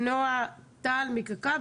נעה טל מקק"ל,